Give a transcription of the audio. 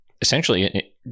essentially